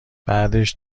بعدش